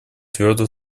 твердо